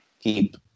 Keep